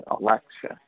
election